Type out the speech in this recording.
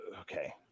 okay